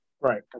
Right